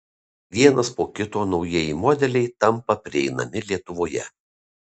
vienas po kito naujieji modeliai tampa prieinami lietuvoje